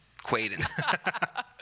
Quaden